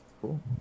cool